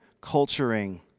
culturing